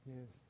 Yes